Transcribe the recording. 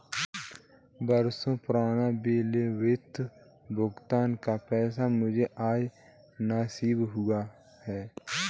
बरसों पुराना विलंबित भुगतान का पैसा मुझे आज नसीब हुआ है